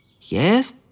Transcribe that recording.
Yes